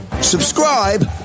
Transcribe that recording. Subscribe